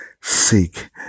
seek